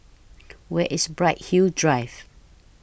Where IS Bright Hill Drive